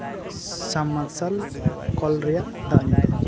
ᱥᱟᱵ ᱢᱟᱨᱥᱟᱞ ᱠᱚᱞ ᱨᱮᱭᱟᱜ ᱫᱟᱜ ᱧᱩ ᱛᱮ